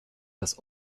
das